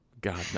God